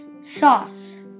sauce